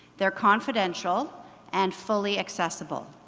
they're confidential and fully accessible.